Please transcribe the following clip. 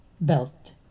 belt